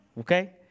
Okay